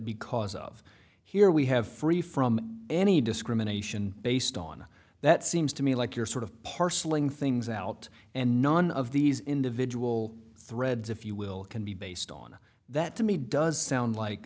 because of here we have free from any discrimination based on that seems to me like you're sort of parceling things out and none of these individual threads if you will can be based on that to me does sound like